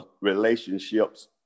relationships